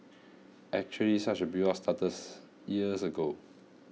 actually such a buildup starts years ago